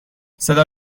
صدا